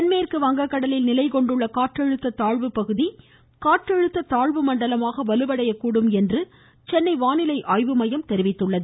தென்மேற்கு வங்ககடலில் நிலை கொண்டுள்ள காற்றழுத்த தாழ்வு பகுதி காற்றழுத்த தாழ்வு மண்டலமாக வலுவடையக்கூடும் என்று சென்னை வானிலை ஆய்வு மையம் தெரிவித்துள்ளது